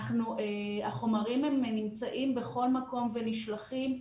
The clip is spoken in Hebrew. החומרים נמצאים בכל מקום ונשלחים,